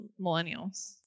millennials